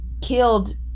killed